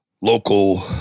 local